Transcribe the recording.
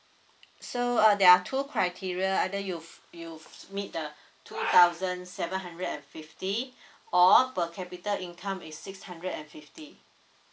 so uh there are two criteria either you you meet the two thousand seven hundred and fifty or per capita income is six hundred and fifty